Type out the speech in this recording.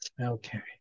Okay